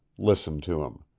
listened to him.